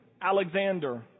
Alexander